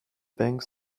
bank